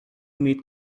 met